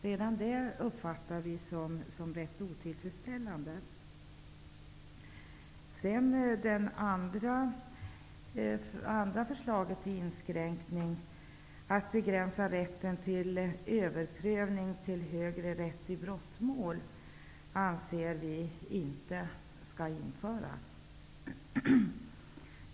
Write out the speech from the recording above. Den andra delen i förslaget är att man skulle begränsa rätten till överprövning i högre rätt i brottmål. Den inskränkningen anser vi inte skall införas.